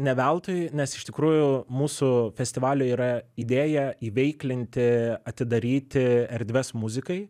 ne veltui nes iš tikrųjų mūsų festivalio yra idėja įveiklinti atidaryti erdves muzikai